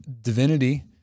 divinity